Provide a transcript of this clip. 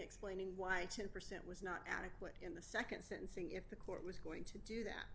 explaining why ten percent was not adequate in the nd sentencing if the court was going to do that